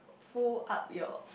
pull up your